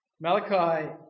Malachi